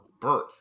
birth